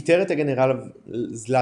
פיטר את הגנרל זלאטב